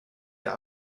der